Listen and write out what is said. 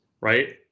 right